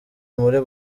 muri